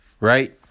Right